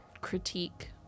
critique